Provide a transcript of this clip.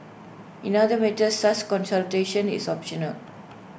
in other matters such consultation is optional